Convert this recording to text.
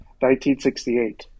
1968